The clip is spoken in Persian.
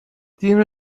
دین